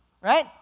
right